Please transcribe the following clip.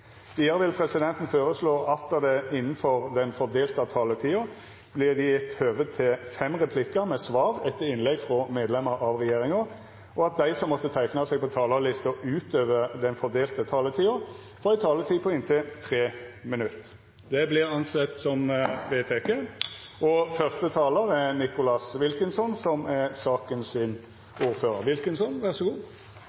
Vidare vil presidenten føreslå at det – innanfor den fordelte taletida – vert høve til fem replikkar med svar etter innlegg frå medlemer av regjeringa, og at dei som måtte teikna seg på talarlista utover den fordelte taletida, får ei taletid på inntil 3 minutt. – Det er vedteke. Først og